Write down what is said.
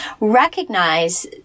recognize